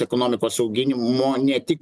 ekonomikos auginimo ne tik